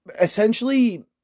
essentially